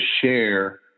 share